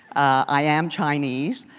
i am chinese.